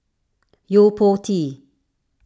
Yo Po Tee